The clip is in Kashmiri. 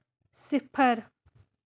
صِفر